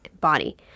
body